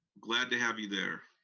glad to have you there.